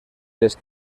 les